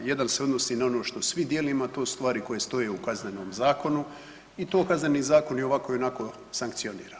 Jedan se odnosi na ono što svi dijelimo, a to su stvari koje stoje u Kaznenom zakonu i to Kazneni zakon i ovako i onako sankcionira.